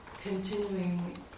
continuing